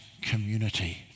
community